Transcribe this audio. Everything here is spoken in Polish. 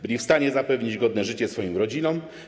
Byli w stanie zapewnić godne życie swoim rodzinom.